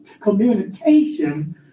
communication